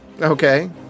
Okay